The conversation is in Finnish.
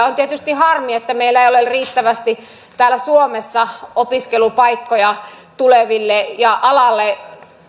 on tietysti harmi että meillä ei ole riittävästi täällä suomessa opiskelupaikkoja tuleville ja alalle